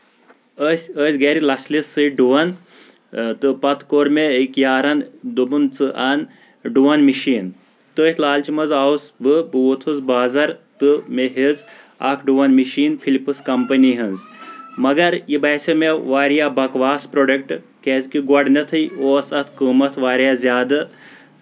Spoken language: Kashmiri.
أسۍ ٲسۍ گرِ لژھلہِ سۭتۍ ڈُوان تہٕ پَتہٕ کوٚر مےٚ أکۍ یارَن دوٚپُن ژٕ اَن ڈُون مِشیٖن تٔتھۍ لالچہِ منٛز آوُس بہٕ بہٕ ووٚتُھس بازر تہٕ مےٚ ہیٚژٕ اکھ ڈُون مِشیٖن فلپس کَمپَنی ہٕنٛز مَگر یہِ باسے مےٚ واریاہ بَکواس پروڈکٹ کیازِ کہِ گۄڈٕنیٚتھے اوس اَتھ قۭمَتھ واریاہ زیادٕ